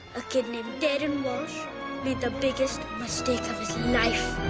a kid named darren walsh made the biggest mistake of his life.